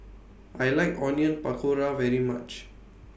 I like Onion Pakora very much